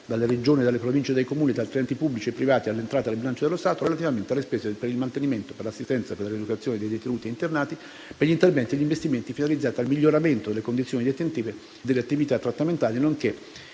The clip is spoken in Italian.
dalle Regioni, dalle Province, dai Comuni e da altri enti pubblici e privati all'entrata del bilancio dello Stato, relativamente alle spese per il mantenimento, per l'assistenza e per la rieducazione dei detenuti e internati, per gli interventi e gli investimenti finalizzati al miglioramento delle condizioni detentive e delle attività trattamentali, nonché